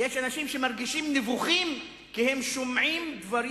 יש אנשים שמרגישים נבוכים כי הם שומעים דברים